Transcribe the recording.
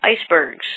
icebergs